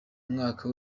umwaka